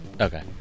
Okay